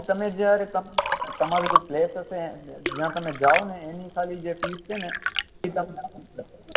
ખાલી તમે જ્યારે ત તમારું જે પ્લેસ હશે જ્યાં તમે જાવ ને એની ખાલી જે ફીસ છે ને એ તમારે